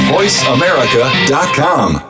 VoiceAmerica.com